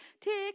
tick